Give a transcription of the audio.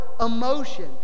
emotion